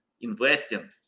investing